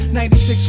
96